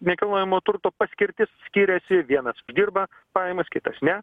nekilnojamo turto paskirtis skiriasi vienas uždirba pajamas kitas ne